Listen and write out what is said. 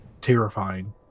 terrifying